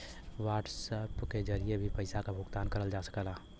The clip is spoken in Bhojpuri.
व्हाट्सएप के जरिए भी पइसा क भुगतान करल जा सकला